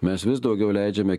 mes vis daugiau leidžiame